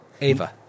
Ava